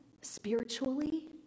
spiritually